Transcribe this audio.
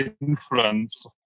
influence